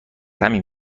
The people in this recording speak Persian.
همین